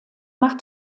macht